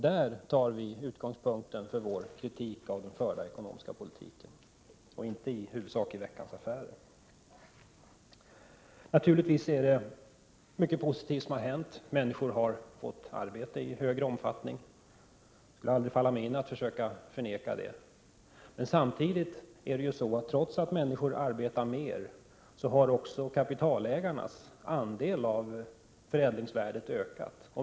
Där har vi utgångspunkten för vår kritik av den förda ekonomiska politiken och inte i huvudsak i Veckans Affärer. Naturligtvis är det mycket positivt som har hänt. Människor har fått arbete istörre omfattning. Det skulle aldrig falla mig in att försöka förneka det. Men samtidigt som människor arbetar mer har kapitalägarnas andel av förädlingsvärdet ökat.